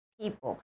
people